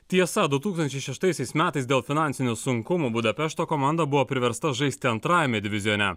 tiesa du tūkstančiai šeštaisiais metais dėl finansinių sunkumų budapešto komanda buvo priversta žaisti antrajame divizione